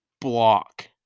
block